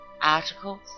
articles